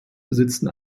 besitzen